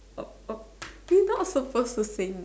we not suppose to sing